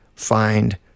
find